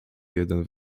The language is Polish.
jeden